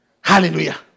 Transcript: Hallelujah